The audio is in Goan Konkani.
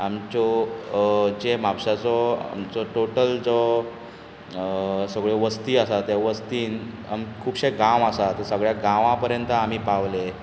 आमच्यो जे म्हापशाचो आमचो टाॅटल जो सगळ्यो वस्ती आसा त्या वस्तींत खुबशें गांव आसा ते गांवा पर्यंत आमी पावले